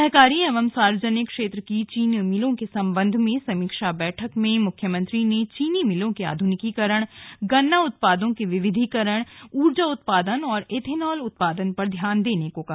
सहकारी एवं सार्वजनिक क्षेत्र की चीनी मिलों के संबंध में समीक्षा बैठक में मुख्यमंत्री ने चीनी मिलों के आध्रनिकीकरण गन्ना उत्पादों के विविधीकरण ऊर्जा उत्पादन और एथेनाल उत्पादन पर ध्यान देने को कहा